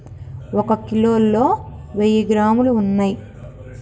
ఒక కిలోలో వెయ్యి గ్రాములు ఉన్నయ్